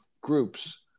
groups